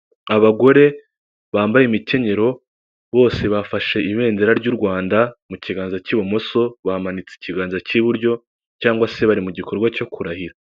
Abagore bambaye imikenyero, bose bafashe ibendera ry'u Rwanda mu kiganza cy'ibumoso, bamanitse ikiganza cy'iburyo cyangwa se bari mu gikorwa cyo kurahira.